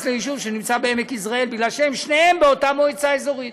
ליישוב שנמצא בעמק יזרעאל כי שניהם באותה מועצה אזורית.